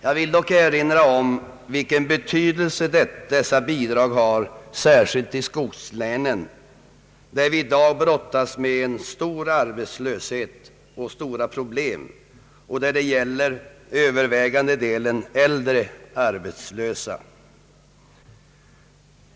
Jag vill dock erinra om den betydelse dessa bidrag har särskilt i skogslänen, där man i dag brottas med stor arbetslöshet och andra problem. Till övervägande delen gäller det äldre arbetslösa.